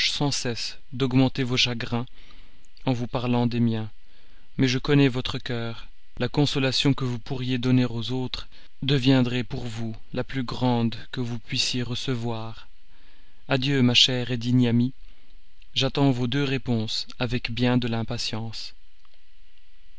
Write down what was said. sans cesse d'augmenter vos chagrins en vous parlant des miens mais je connais votre cœur la consolation que vous pourriez donner aux autres deviendrait pour vous la plus grande que vous puissiez recevoir adieu ma chère digne amie j'attends vos deux réponses avec bien de l'impatience